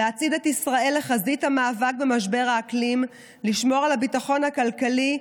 להצעיד את ישראל לחזית המאבק במשבר האקלים ולשמור על הביטחון הכלכלי,